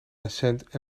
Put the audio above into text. essent